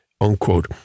unquote